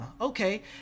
Okay